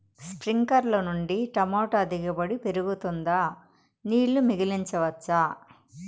స్ప్రింక్లర్లు నుండి టమోటా దిగుబడి పెరుగుతుందా? నీళ్లు మిగిలించవచ్చా?